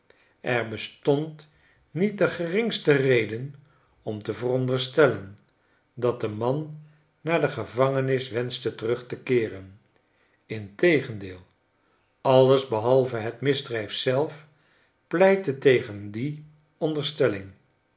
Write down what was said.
er bestond niet de geringste redenom te veronderstellen dat de man naar de gevangenis wenschte terug te keeren integendeel alles behalve het misdrijf zelf pleittetegendie onderstelling